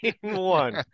one